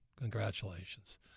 Congratulations